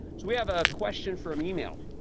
we have a question from email.